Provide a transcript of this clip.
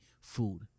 food